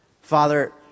Father